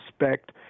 respect